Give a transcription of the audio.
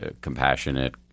compassionate